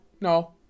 no